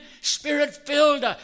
spirit-filled